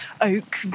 oak